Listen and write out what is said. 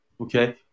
Okay